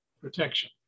protection